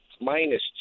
minus